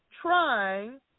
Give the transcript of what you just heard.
trying